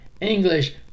English